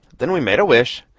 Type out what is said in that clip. then we made a wish,